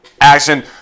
Action